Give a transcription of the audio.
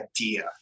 idea